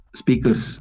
speakers